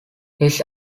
his